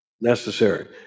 necessary